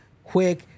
quick